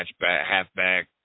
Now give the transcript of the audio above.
halfback